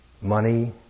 Money